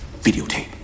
Videotape